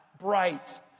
bright